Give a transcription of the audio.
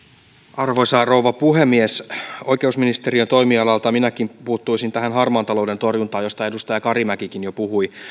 arvoisa rouva puhemies oikeusministeriön toimialalta minäkin puuttuisin harmaan talouden torjuntaan josta edustaja karimäkikin jo puhui